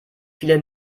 viele